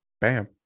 Bam